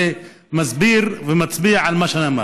זה מסביר, ומצביע על מה שנאמר